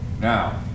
Now